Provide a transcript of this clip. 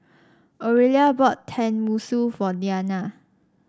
Orelia bought Tenmusu for Deana